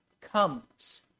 Comes